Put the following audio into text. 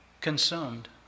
consumed